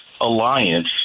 alliance